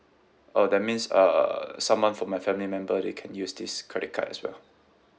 oh that means uh someone from my family member they can use this credit card as well